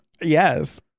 yes